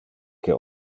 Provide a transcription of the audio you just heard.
que